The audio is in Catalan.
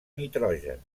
nitrogen